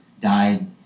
died